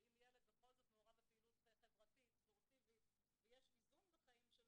שאם ילד בכל זאת מעורב בפעילות חברתית ספורטיבית ויש איזון בחיים שלו,